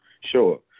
sure